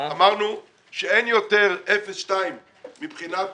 אמרנו שאין יותר 0-2 מבחינת